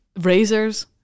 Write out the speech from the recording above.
razors